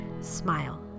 smile